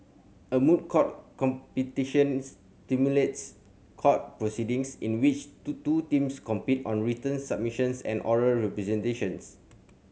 a moot court competition simulates court proceedings in which two two teams compete on written submissions and oral presentations